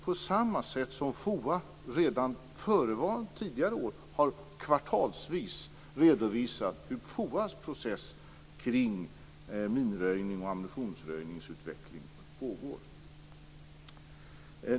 På samma sätt har skett med de redovisningar där FOA tidigare år kvartalsvis redovisat den process kring minröjnings och ammunitionsröjningsutveckling som pågår.